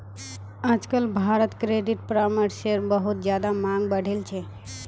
आजकल भारत्त क्रेडिट परामर्शेर बहुत ज्यादा मांग बढ़ील छे